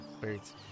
birds